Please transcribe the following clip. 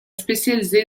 spécialisée